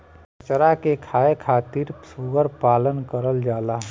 कचरा के खाए खातिर सूअर के पालन करल जाला